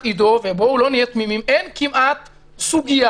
בואו לא נהיה תמימים: אין כמעט סוגיה